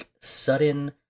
sudden